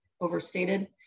overstated